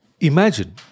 Imagine